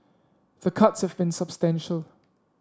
the cuts have been substantial